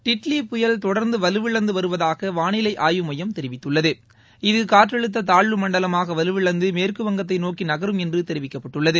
டிட்லி புயல் தொடர்ந்து வலுவிழந்து வருவதாக வானிலை ஆய்வு மையம் தெரிவித்துள்ளது இது காற்றழுத்த தாழ்வு மண்டலமாக வலுவிழந்து மேற்குவங்கத்தை நோக்கி நகரும் என்று தெரிவிக்கப்பட்டுள்ளது